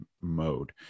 mode